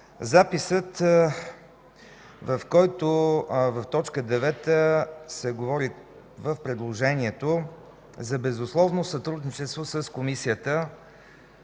записът, в който в т. 9 се говори в предложението за безусловно сътрудничество с Комисията